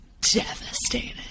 Devastated